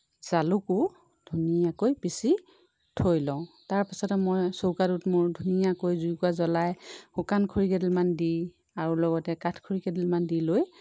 জালুকো ধুনীয়াকৈ পিচি থৈ লওঁ তাৰ পাছতে মই চৌকাটোত মোৰ ধুনীয়াকৈ জুইকুৰা জ্বলাই শুকান খৰি কেইডালমান দি আৰু লগতে কাঠ খৰি কেইডালমান দি লৈ